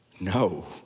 no